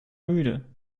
müde